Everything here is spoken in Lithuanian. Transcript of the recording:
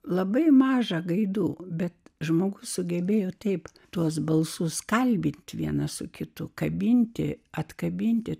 labai maža gaidų bet žmogus sugebėjo taip tuos balsus kalbinti vienas su kitu kabinti atkabinti